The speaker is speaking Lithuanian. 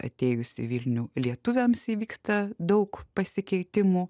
atėjus į vilnių lietuviams įvyksta daug pasikeitimų